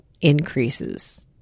increases